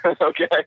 Okay